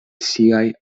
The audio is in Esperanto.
siaj